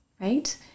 right